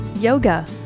yoga